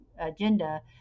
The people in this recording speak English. agenda